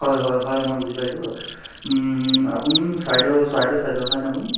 হয় হয় হয় মই বুজি পাইছোঁ আপুনি চৰাইদেউ চৰাইদেউ চৰাইদেউ চাইদৰ হয় ন আপুনি